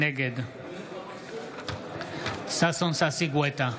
נגד ששון ששי גואטה,